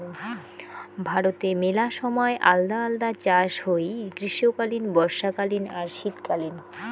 ভারতে মেলা সময় আলদা আলদা চাষ হই গ্রীষ্মকালীন, বর্ষাকালীন আর শীতকালীন